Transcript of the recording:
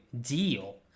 deal